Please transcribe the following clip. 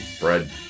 bread